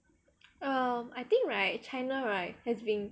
err I think right china right has been